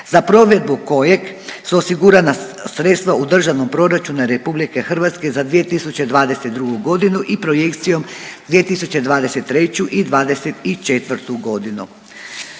za provedbu kojeg su osigurana sredstva u državnom proračunu Republike Hrvatske za 2022. godinu i projekcijom 2023. i 2024. godinu.